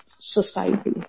society